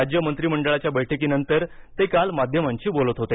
राज्य मंत्रिमंडळाच्या बैठकीनंतर ते काल माध्यमांशी बोलत होते